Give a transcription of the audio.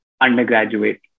undergraduate